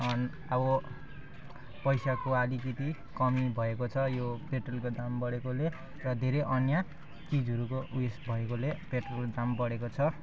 अब पैसाको अलिकति कमी भएको छ यो पेट्रोलको दाम बढेकोले र धेरै अन्य चिजहरूको उयस भएकोले पेट्रोलको दाम बढेको छ